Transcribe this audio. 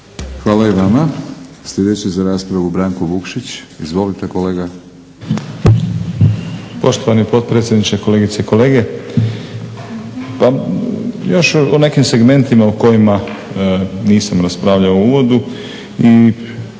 Hvala i vama. Sljedeći za raspravu Branko Vukšić. Izvolite kolega.